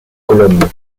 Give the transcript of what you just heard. cologne